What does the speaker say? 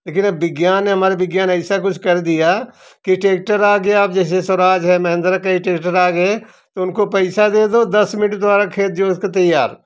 लेकिन अब विज्ञान ने हमारे विज्ञान ऐसा कुछ कर दिया कि ट्रैक्टर आ गया अब जैसे स्वराज है महिंद्रा है कई ट्रैक्टर आ गए तो उनको पैसा दे दो दस मिनट में तुम्हारा खेत जोत के तैयार